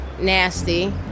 nasty